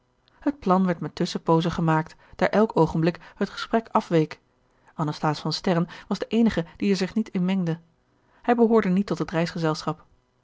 het plan werd met tusschenpoozen gemaakt daar elk oogenblik het gesprek afweek anasthase van sterren was de eenige die er zich niet in mengde hij behoorde niet tot het